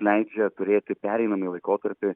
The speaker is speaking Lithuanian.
leidžia turėti pereinamąjį laikotarpį